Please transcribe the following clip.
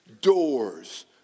Doors